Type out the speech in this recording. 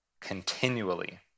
continually